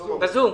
בזום.